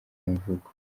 y’amavuko